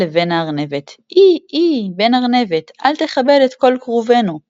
לבן-הארנבת “אי! אי! בן-ארנבת! אל תחבל את כל כרובנו!”